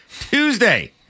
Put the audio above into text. Tuesday